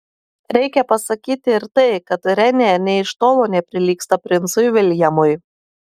reikia pasakyti ir tai kad renė nė iš tolo neprilygsta princui viljamui